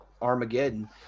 Armageddon